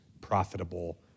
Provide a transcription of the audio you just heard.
profitable